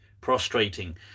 prostrating